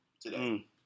today